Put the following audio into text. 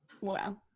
Wow